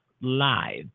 live